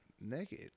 naked